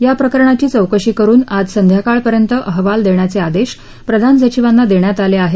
याप्रकरणाची चौकशी करुन आज संध्याकाळपर्यंत अहवाल देण्याचे आदेश प्रधान सचिवांना देण्यात आले आहेत